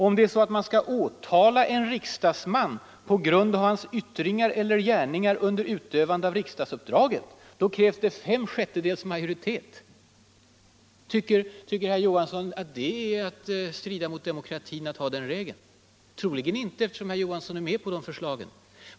Om en riksdagsman skall åtalas på grund av sina yttranden och gärningar under utövande av riksdagsuppdraget krävs det fem sjättedels majoritet. Tycker herr Johansson att det strider mot demokratin att ha den regeln? Troligen inte, eftersom herr Johansson är med på de förslagen.